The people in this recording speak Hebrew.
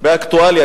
באקטואליה.